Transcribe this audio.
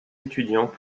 étudiants